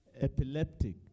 epileptic